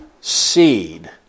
seed